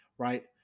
Right